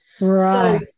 right